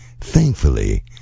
Thankfully